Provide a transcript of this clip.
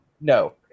No